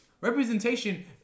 representation